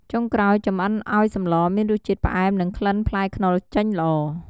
ចុងក្រោយចម្អិនឱ្យសម្លមានរសជាតិផ្អែម និងក្លិនផ្លែខ្នុរចេញល្អ។